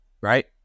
right